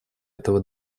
этого